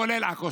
כולל עכו,